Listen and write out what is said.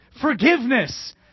Forgiveness